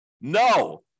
No